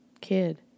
kid